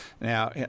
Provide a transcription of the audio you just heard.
Now